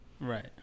Right